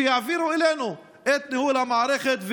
שיעבירו אלינו את ניהול המערכת.